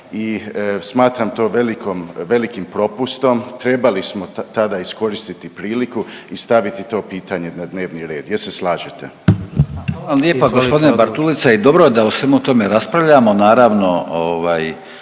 i smatram to velikom, velikim propustom. Trebali smo tada iskoristiti priliku i staviti to pitanje na dnevni red. Jel se slažete.